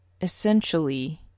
essentially